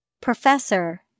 Professor